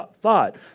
thought